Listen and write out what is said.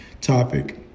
topic